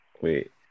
Wait